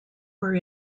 were